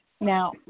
Now